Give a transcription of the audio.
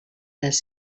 les